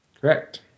Correct